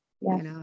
yes